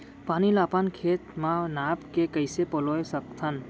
पानी ला अपन खेत म नाप के कइसे पलोय सकथन?